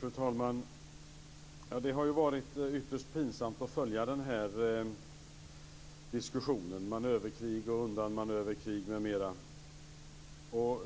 Fru talman! Det har varit ytterst pinsamt att följa den här diskussionen, om manöverkrig, undanmanöverkrig m.m.